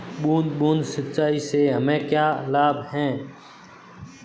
बूंद बूंद सिंचाई से हमें क्या लाभ है?